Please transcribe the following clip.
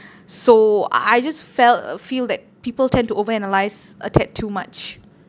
so I I just felt uh feel that people tend to over analyse a tad too much